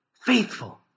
faithful